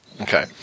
Okay